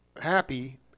happy